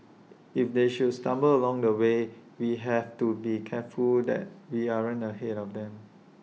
if they should stumble along the way we have to be careful that we aren't ahead of them